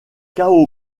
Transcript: cao